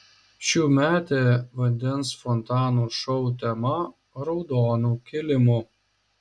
šiųmetė vandens fontanų šou tema raudonu kilimu